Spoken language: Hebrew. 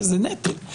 זה נטל.